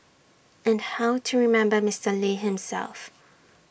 and how to remember Mister lee himself